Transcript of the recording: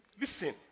Listen